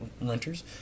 renters